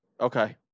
Okay